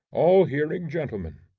all-hearing gentleman.